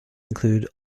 include